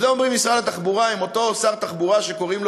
את זה אומרים במשרד התחבורה עם אותו שר תחבורה שקוראים לו,